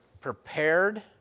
prepared